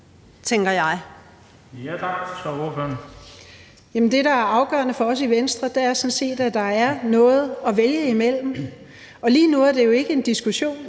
(V): Jamen det, der er afgørende for os i Venstre, er sådan set, at der er noget at vælge mellem. Og lige nu er det jo ikke en diskussion,